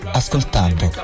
ascoltando